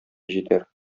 җитәр